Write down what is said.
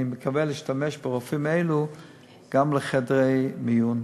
אני מקווה להשתמש ברופאים האלה גם לחדרי מיון.